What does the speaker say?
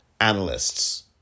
analysts